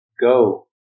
Go